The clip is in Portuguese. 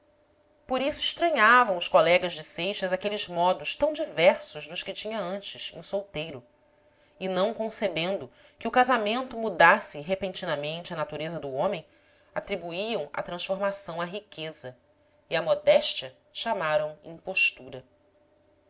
por isso estranhavam os colegas de seixas aqueles modos tão diversos dos que tinha antes em solteiro e não concebendo que o casamento mudasse repentinamente a natureza do homem atribuíam a transformação à riqueza e à modéstia chamaram impos tura